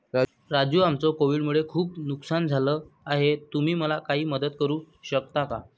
राजू आमचं कोविड मुळे खूप नुकसान झालं आहे तुम्ही मला काही मदत करू शकता का?